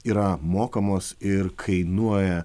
yra mokamos ir kainuoja